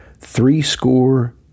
threescore